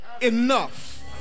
enough